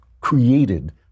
created